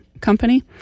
company